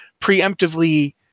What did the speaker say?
preemptively